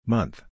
Month